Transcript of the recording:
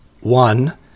One